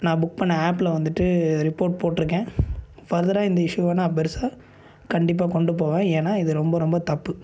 நான் புக் பண்ண ஆப்பில் வந்துவிட்டு ரிப்போர்ட் போட் இருக்கேன் ஃபர்தராக இந்த இஸ்யூவை நான் பெருசாக கண்டிப்பாக கொண்டு போவேன் ஏன்னா இது ரொம்ப ரொம்ப தப்பு